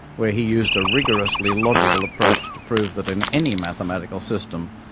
where he used a rigorously logical approach to prove that, in any mathematical system,